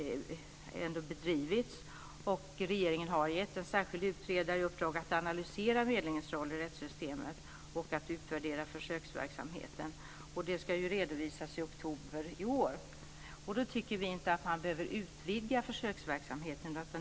Regeringen har gett en särskild utredare i uppdrag att analysera medlingens roll i rättssystemet och att utvärdera försöksverksamheten. Det ska redovisas i oktober i år. Vi tycker inte att man behöver utvidga försöksverksamheten.